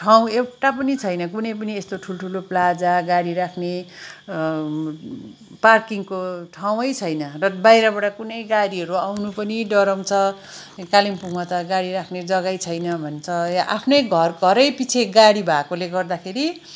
ठाउँ एउटै पनि छैन कुनैै पनि यस्तो ठुल्ठुलो प्लाजा गाडी राख्ने पार्किङको ठाउैँ छैन बाहिरबाट कुनै गाडीहरू आउनु पनि डराउँछ कालिम्पोङमा त गाडी राख्ने जग्गै छैन भन्छ या आफ्नै घर घरैपिच्छे गाडी भएकोले गर्दाखेरि